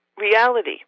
reality